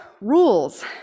rules